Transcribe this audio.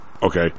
Okay